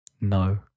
No